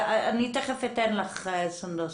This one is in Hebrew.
תכף אתן לך, סונדוס.